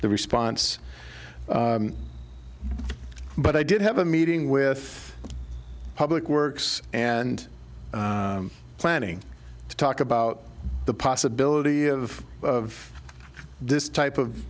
the response but i did have a meeting with public works and planning to talk about the possibility of this type of